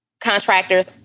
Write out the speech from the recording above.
contractors